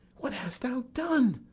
what hast thou done?